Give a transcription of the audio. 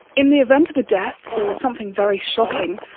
in the event of a death or something very shocking,